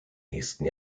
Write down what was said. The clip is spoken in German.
nächsten